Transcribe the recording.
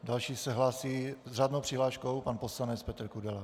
Další se hlásí s řádnou přihláškou pan poslanec Petr Kudela.